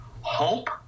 Hope